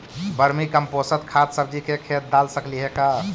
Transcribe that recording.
Vermi compost खाद सब्जी के खेत दाल सकली हे का?